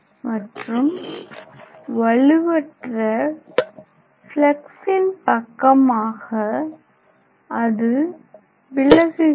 மற்றும் வலுவற்ற பிளக்ஸின் பக்கமாக அது விலகுகிறது